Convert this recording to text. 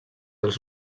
els